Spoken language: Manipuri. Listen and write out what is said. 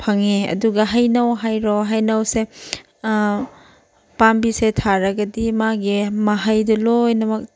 ꯐꯪꯉꯦ ꯑꯗꯨꯒ ꯍꯩꯅꯧ ꯍꯥꯏꯔꯣ ꯍꯩꯅꯧꯁꯦ ꯄꯥꯝꯕꯤꯁꯦ ꯊꯥꯔꯒꯗꯤ ꯃꯥꯒꯤ ꯃꯍꯩꯗꯣ ꯂꯣꯏꯅꯃꯛ